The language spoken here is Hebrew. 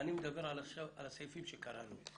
סעיף 8